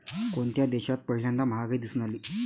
कोणत्या देशात पहिल्यांदा महागाई दिसून आली?